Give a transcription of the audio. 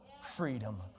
freedom